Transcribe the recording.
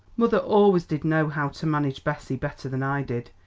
mother always did know how to manage bessie better than i did,